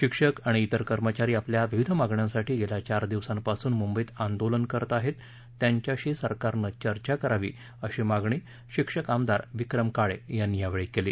शिक्षक आणि इतर कर्मचारी आपल्या विविध मागण्यांसाठी गेल्या चार दिवसांपासून मुंबईत आंदोलन करत आहेत त्यांच्याशी सरकारनं चर्चा करावी अशी मागणी शिक्षक आमदार विक्रम काळे यांनी यावेळी केली